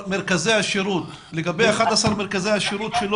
לגבי 11 מרכזי השירות?